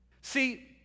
See